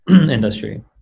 industry